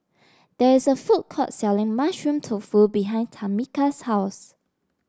there is a food court selling Mushroom Tofu behind Tamika's house